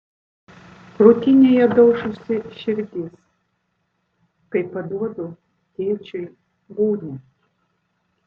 krūtinėje daužosi širdis kai paduodu tėčiui gūnią